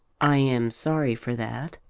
i am sorry for that.